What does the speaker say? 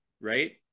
right